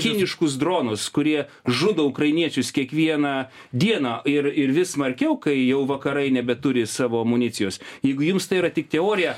kiniškus dronus kurie žudo ukrainiečius kiekvieną dieną ir ir vis smarkiau kai jau vakarai nebeturi savo amunicijos jeigu jums tai yra tik teorija